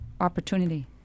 opportunity